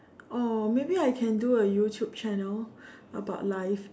oh maybe I can do a YouTube Channel about life